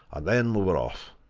and then we were off,